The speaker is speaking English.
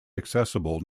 accessible